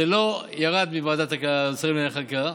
זה לא ירד מוועדת השרים לענייני חקיקה.